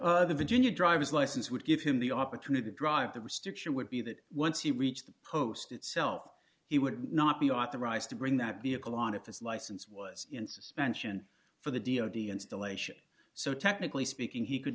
overseas the virginia driver's license would give him the opportunity to drive the restriction would be that once he reached the post itself he would not be authorized to bring that vehicle on if its license was in suspension for the d o d installation so technically speaking he could